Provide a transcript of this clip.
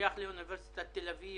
ששייך לאוניברסיטת תל-אביב.